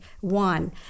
one